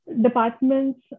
departments